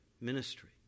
ministry